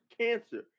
cancer